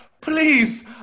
Please